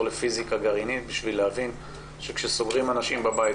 לפיזיקה גרעינית כדי להבין שכאשר סוגרים אנשים בבית,